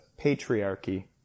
patriarchy